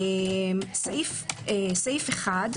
סעיף 1,